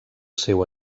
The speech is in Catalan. seu